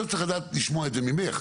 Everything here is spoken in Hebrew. לא צריך לדעת, לשמוע את זה ממך.